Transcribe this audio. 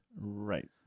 Right